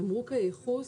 תמרוק הייחוס,